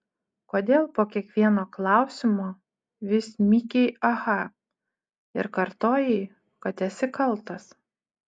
kodėl po kiekvieno klausimo vis mykei aha ir kartojai kad esi kaltas